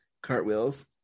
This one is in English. cartwheels